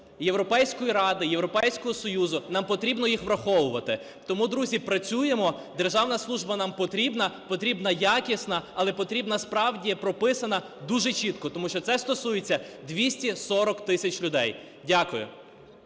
Європейської Ради, Європейського Союзу, нам потрібно їх враховувати. Тому, друзі, працюємо, державна служба нам потрібна. Потрібна якісна, але потрібна справді прописана дуже чітко, тому що це стосується 240 тисяч людей. Дякую.